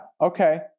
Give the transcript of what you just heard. okay